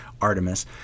Artemis